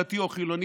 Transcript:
דתי או חילוני,